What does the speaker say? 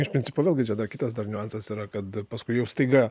iš principo vėlgi čia dar kitas dar niuansas yra kad paskui jau staiga